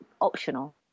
optional